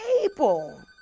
people